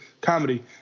comedy